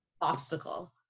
Obstacle